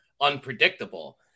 unpredictable